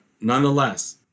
nonetheless